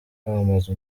kwamamaza